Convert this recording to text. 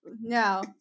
no